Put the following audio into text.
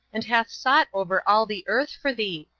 and hath sought over all the earth for thee?